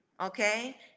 okay